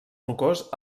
rocós